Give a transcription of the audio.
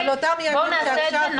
בואו נעשה את זה נכון.